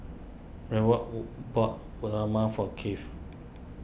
Raekwon bought Uthapam for Kennth